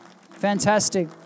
fantastic